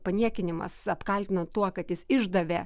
paniekinimas apkaltino tuo kad jis išdavė